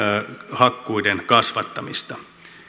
hakkuiden kasvattamista